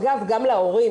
אגב, גם להורים.